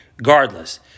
Regardless